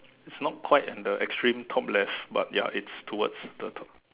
it's not quite on the extreme top left but ya it's towards the top